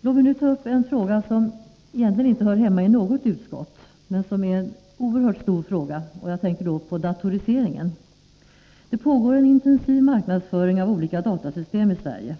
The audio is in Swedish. Låt mig nu behandla en fråga som egentligen inte hör hemma i något utskott men som är en oerhört stor fråga. Jag tänker på datoriseringen. Det pågår en intensiv marknadsföring av olika datasystem i Sverige.